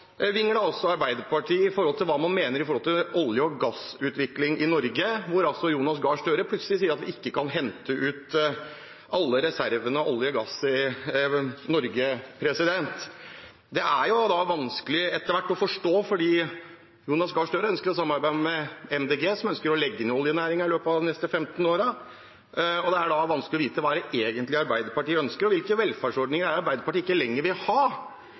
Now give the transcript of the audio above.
Arbeiderpartiet også når det gjelder hva man mener om olje- og gassutviklingen i Norge, hvor Jonas Gahr Støre plutselig sier at vi ikke kan hente ut alle olje- og gassreservene i Norge. Jonas Gahr Støre ønsker å samarbeide med Miljøpartiet De Grønne, som ønsker å legge ned oljenæringen i løpet av de neste 15 årene. Det er da vanskelig å vite hva Arbeiderpartiet egentlig ønsker, og hvilke velferdsordninger Arbeiderpartiet ikke lenger vil ha,